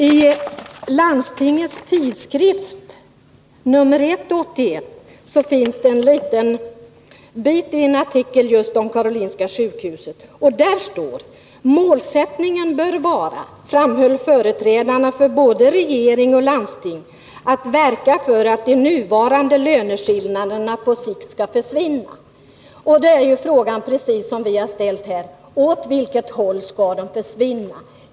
I Landstingens Tidskrift, nr 1 för år 1981, finns en artikel om Karolinska sjukhuset, och där står: ”Målsättningen bör vara, framhöll företrädarna för både regering och landsting, att verka för att de nuvarande löneskillnaderna på sikt ska försvinna.” Då är frågan precis den som vi har ställt här: Åt vilket håll skall de försvinna?